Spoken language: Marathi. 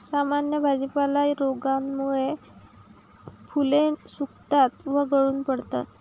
सामान्य भाजीपाला रोगामुळे फुले सुकतात व गळून पडतात